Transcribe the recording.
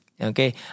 Okay